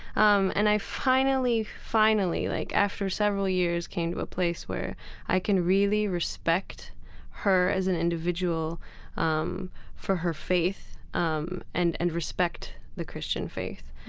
um and i finally, finally like after several years, came to a place where i can really respect her as an individual um for her faith um and and respect the christian faith.